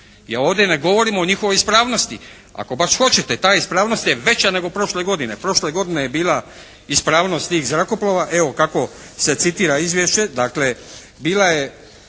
ovdje ne govorim o njihovoj ispravnosti. Ako baš hoćete ta ispravnost je veća nego prošle godine. Prošle godine je bila ispravnost tih zrakoplova evo, kako se citira izvješće, dakle bila je